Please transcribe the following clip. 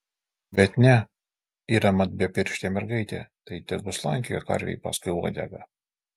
bet ne yra mat bepirštė mergaitė tai tegu slankioja karvei paskui uodegą